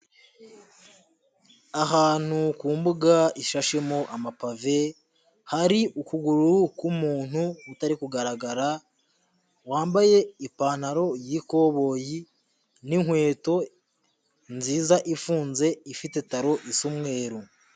Ahantu ku mbuga ishashemo amapave, hari ukuguru k'umuntu utari kugaragara, wambaye ipantaro y'ikoboyi n'inkweto nziza ifunze ifite talo isa umweru.